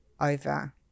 Over